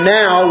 now